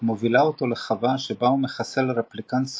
מובילה אותו לחווה שבה הוא מחסל רפליקנט סורר,